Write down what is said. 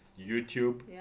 YouTube